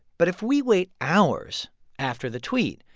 but if we wait hours after the tweet,